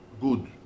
good